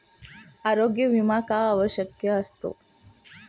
आरोग्य विमा का आवश्यक असतो?